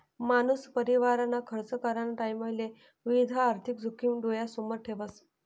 मानूस परिवारना खर्च कराना टाईमले विविध आर्थिक जोखिम डोयासमोर ठेवस